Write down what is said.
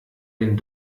den